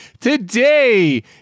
today